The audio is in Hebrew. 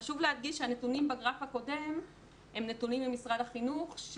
חשוב להדגיש שהנתונים בגרף הקודם הם נתונים ממשרד החינוך.